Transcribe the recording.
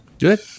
Good